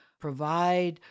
provide